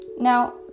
Now